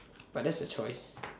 but that's her choice